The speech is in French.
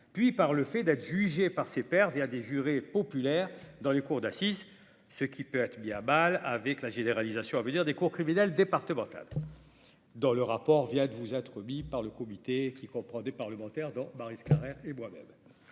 puis par le fait d'être jugé par ses pairs, via des jurés populaires dans les cours d'assises, ce qui peut être mis à Bâle avec la généralisation à venir des cours criminelles départementales dont le rapport vient de vous être remis par le comité, qui comprend des parlementaires dont Maryse Carrère et moi-même,